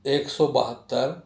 ایک سو بہتّر